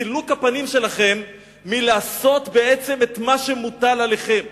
וסילוק הפנים שלכם מלעשות בעצם את מה שמוטל עליכם.